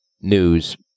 news